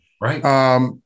Right